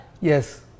Yes